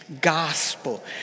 gospel